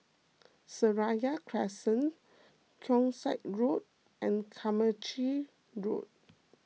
Seraya Crescent Keong Saik Road and Carmichael Road